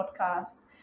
podcast